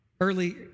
Early